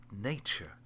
nature